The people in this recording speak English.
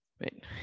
right